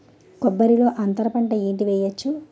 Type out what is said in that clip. కొబ్బరి లో అంతరపంట ఏంటి వెయ్యొచ్చు?